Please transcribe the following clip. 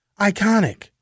iconic